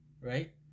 right